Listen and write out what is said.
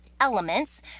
elements